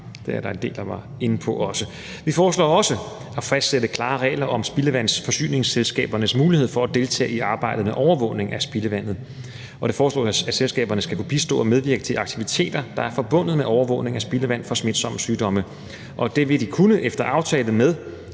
Det var der en del, der også var inde på. Vi foreslår for det andet at fastsætte klare regler om spildevandsforsyningsselskabernes mulighed for at deltage i arbejdet med overvågning af spildevandet, og det foreslås, at selskaberne skal kunne bistå og medvirke til aktiviteter, der er forbundet med overvågning af spildevand for smitsomme sygdomme. Det vil de kunne efter aftale med